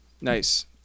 Nice